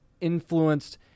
influenced